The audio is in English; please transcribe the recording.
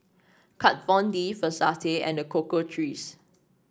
Kat Von D Versace and The Cocoa Trees